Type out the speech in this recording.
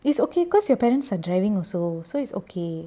it's okay cause your parents are driving also so it's okay